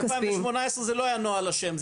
ב-2018 לא הנוהל היה אשם,